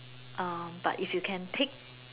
um but if you can take